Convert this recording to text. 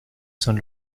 son